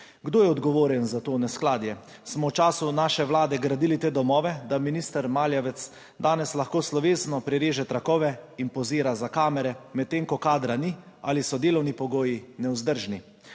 Kdo je odgovoren za to neskladje? Smo v času naše vlade gradili te domove, da minister Maljevac danes lahko slovesno prereže trakove in pozira za kamere, medtem ko kadra ni ali so delovni pogoji nevzdržni.